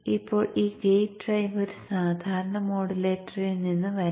ഇപ്പോൾ ഈ gate drive ഒരു സാധാരണ മോഡുലേറ്ററിൽ നിന്ന് വരാം